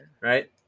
right